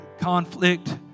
conflict